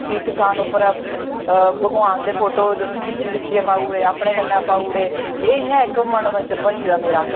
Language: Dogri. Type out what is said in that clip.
तीर्थ स्थान उप्पर भगवान दे फोटो खिच्ची खुच्ची पाऊड़े उपनै कन्नै पाउड़े एह् इयां इक मनोंरंजन बनी गेदा मेरा